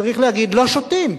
צריך להגיד: לא שותים.